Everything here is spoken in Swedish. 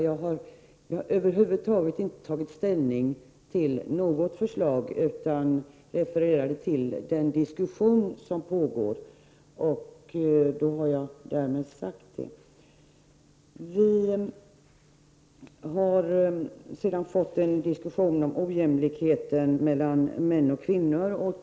Jag har över huvud taget inte tagit ställning till något förslag, utan jag refererade till den diskussion som pågår. Vi har sedan fått en diskussion om ojämlikheten mellan män och kvinnor.